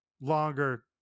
longer